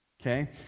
Okay